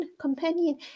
companion